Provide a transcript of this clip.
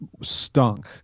stunk